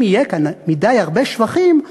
אם יהיו כאן מדי הרבה שבחים,